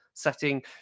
Setting